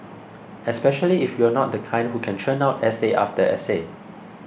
especially if you're not the kind who can churn out essay after essay